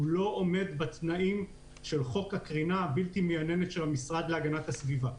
הוא לא עומד בתנאים של חוק הקרינה הבלתי מייננת של המשרד להגנת הסביבה.